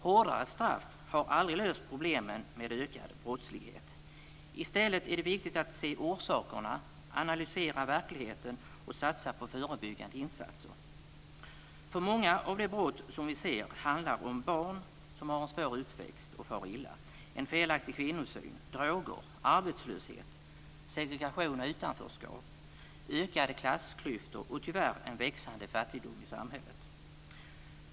Hårdare straff har aldrig löst problemen med ökad brottslighet. I stället är det viktigt att se orsakerna, analysera verkligheten och satsa på förebyggande insatser. Många av de brott som vi ser handlar om barn som har en svår uppväxt och far illa, en felaktig kvinnosyn, droger, arbetslöshet, segregation och utanförskap, ökade klassklyftor och tyvärr en växande fattigdom i samhället.